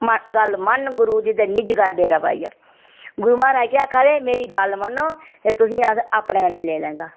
गल्ल मन गुरू दी ते निज घर डेरा पाई जा गुरू महाराज केह् आक्खा दे मेरी गल्ल मन्नो ते तुसेंगी अस अपने कन्नै लेई लैगा